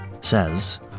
says